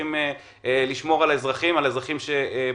צריכים לשמור על האזרחים שבפריפריה.